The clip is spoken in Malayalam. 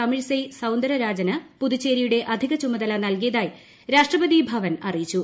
തമിഴിസൈ സൌന്ദരരാജന് പുതുച്ചേരിയുടെ അധിക ചുമതല നൽകിയതായി രാഷ്ട്രപതി ഭവൻ അറിയിച്ചു